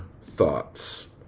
thoughts